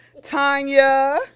Tanya